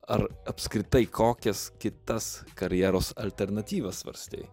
ar apskritai kokias kitas karjeros alternatyvas svarstei